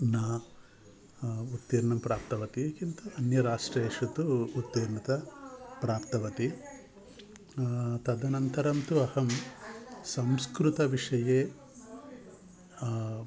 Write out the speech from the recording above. न उत्तीर्णं प्राप्तवती किन्तु अन्य राष्ट्रेषु तु उत्तीर्णता प्राप्तवती तदनन्तरं तु अहं संस्कृतविषये